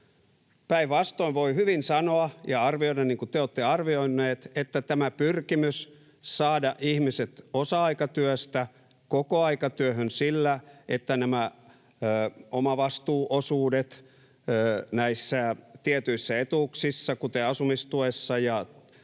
Päinvastoin, voi hyvin sanoa ja arvioida, niin kuin te olette arvioineet, että tämä pyrkimys saada ihmiset osa-aikatyöstä kokoaikatyöhön sillä, että nämä omavastuuosuudet näissä tietyissä etuuksissa, kuten asumistuessa ja työttömyysturvassa